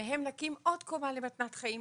ומהן נקים עוד קומה למתנת חיים.